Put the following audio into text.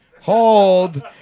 Hold